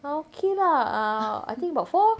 okay lah err I think about four